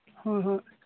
ꯍꯣꯏ ꯍꯣꯏ